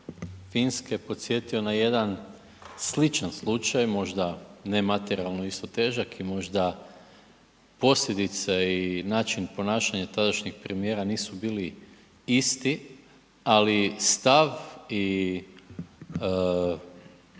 Finske podsjetio na jedan sličan slučaj možda ne materijalno isto težak i možda posljedice i način ponašanja tadašnjeg premijera nisu bili isti ali stav i